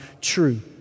true